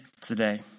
today